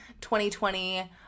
2020